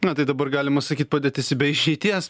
na tai dabar galima sakyt padėtis be išeities